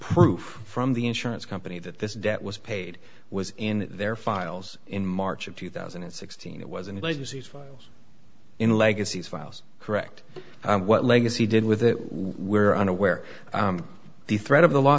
proof from the insurance company that this debt was paid was in their files in march of two thousand and sixteen it was in legacies files in legacies files correct what legacy did with it we were unaware of the threat of the law